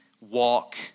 walk